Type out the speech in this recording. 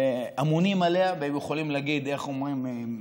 אמונים עליה והם יכולים להגיד איך אומרים,